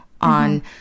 on